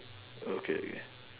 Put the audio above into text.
okay K